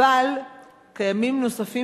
אבל קיימים נוספים,